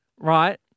right